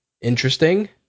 Interesting